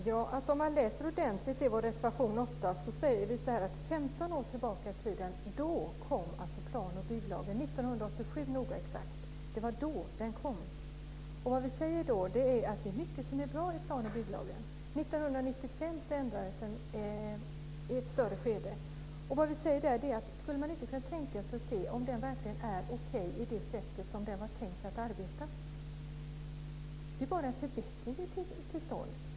Fru talman! Om man läser ordentligt i reservation 8 kan man se att vi säger att för 15 år sedan kom plan och bygglagen. Det var 1987 för att vara noga och exakt. Det var då den kom. Vi säger att det är mycket som är bra i plan och bygglagen. Den ändrades 1995. Skulle man inte kunna tänka sig att se om den verkligen är okej enligt det sätt som den var tänkt att fungera? Det är bara en förbättring vi vill ha till stånd.